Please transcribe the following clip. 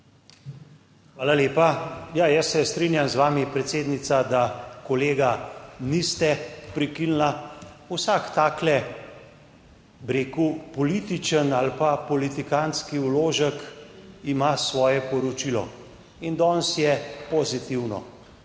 Hvala lepa. Ja, jaz se strinjam z vami predsednica, da kolega niste prekinila. Vsak takle, bi rekel, političen ali pa politikantski vložek ima svoje poročilo in danes je pozitivno.